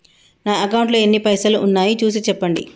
నా అకౌంట్లో ఎన్ని పైసలు ఉన్నాయి చూసి చెప్పండి?